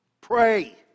Pray